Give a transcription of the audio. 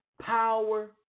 power